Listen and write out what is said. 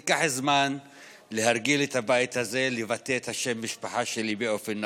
ייקח זמן להרגיל את הבית הזה לבטא את שם המשפחה שלי באופן נכון,